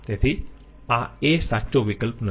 તેથી a સાચો વિકલ્પ નથી